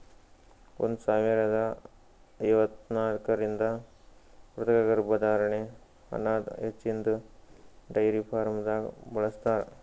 ಒಂದ್ ಸಾವಿರದಾ ಐವತ್ತರಿಂದ ಕೃತಕ ಗರ್ಭಧಾರಣೆ ಅನದ್ ಹಚ್ಚಿನ್ದ ಡೈರಿ ಫಾರ್ಮ್ದಾಗ್ ಬಳ್ಸತಾರ್